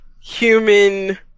human